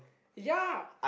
ya